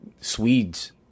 Swedes